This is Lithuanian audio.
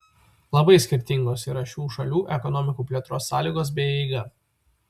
labai skirtingos yra šių šalių ekonomikų plėtros sąlygos bei eiga